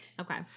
Okay